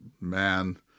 man